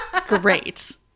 Great